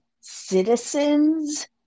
citizens